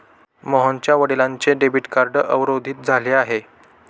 मोहनच्या वडिलांचे debit card अवरोधित झाले आहे